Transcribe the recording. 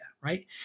right